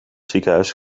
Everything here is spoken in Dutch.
ziekenhuis